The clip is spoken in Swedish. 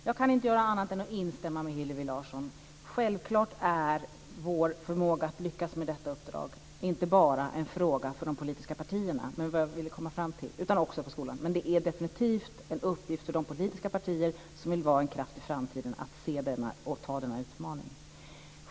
Fru talman! Jag kan inte annat än instämma med Hillevi Larsson. Självklart är vår förmåga att lyckas med detta uppdrag inte bara en fråga för de politiska partierna utan också för skolan, men det är definitivt en uppgift för de politiska partier som vill vara en kraft i framtiden att se och ta denna utmaning.